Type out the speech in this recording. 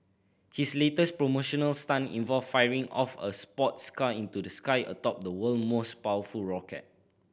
his latest promotional stunt involved firing off a sports car into the sky atop the world most powerful rocket